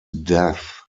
death